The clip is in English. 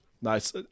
nice